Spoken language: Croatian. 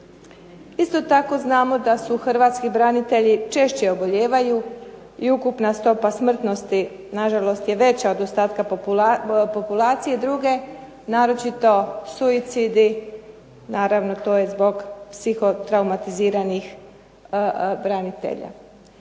Isto tako znamo da su Hrvatsku branitelji češće obolijevaju i ukupna stopa smrtnosti nažalost je veća od ostatka populacije druge, naročito suicidi, naravno to je zbog psihotraumatiziranih branitelja.